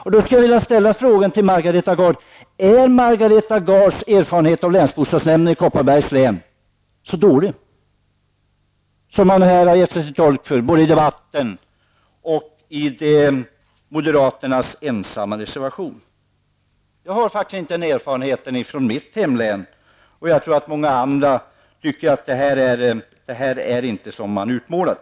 Jag skulle vilja fråga Margareta Gard: Är Margareta Gards erfarenhet av länsbostadsnämnden i Kopparbergs län så dålig som det getts sken av både i debatten och i moderaternas reservation? Jag har faktiskt inte samma erfarenhet från mitt hemlän, och jag tror att många andra tycker att det inte förhåller sig som det utmålas.